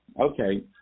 Okay